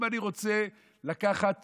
אם אני רוצה לקחת